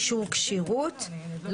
אישור כשירות)...".